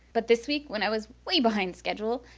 but this week, when i was way behind schedule.